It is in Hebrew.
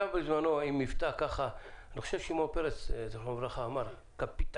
אני חושב שבזמנו שמעון פרס זיכרונו לברכה אמר קפיטליזם